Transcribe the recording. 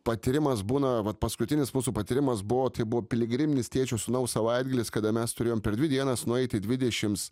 patyrimas būna vat paskutinis mūsų patyrimas buvo tai buvo piligriminis tėčio sūnaus savaitgalis kada mes turėjom per dvi dienas nueiti dvidešimts